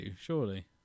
surely